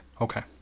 Okay